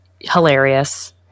hilarious